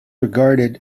regarded